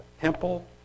temple